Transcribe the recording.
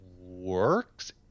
works